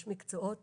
יש מקצועות